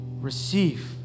receive